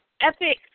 Epic